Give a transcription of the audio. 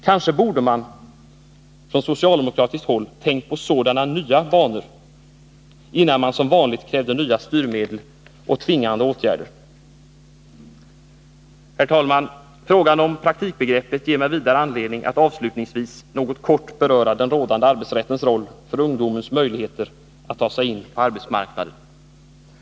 Kanske borde man från socialdemokratiskt håll ha tänkt i sådana nya banor innan man som vanligt krävde nya styrmedel och tvingande åtgärder. Herr talman! Frågan om praktikbegreppet ger mig vidare anledning att avslutningsvis något kort beröra den rådande arbetsrättens roll för ungdomens möjligheter att ta sig in på arbetsmarknaden.